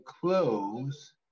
close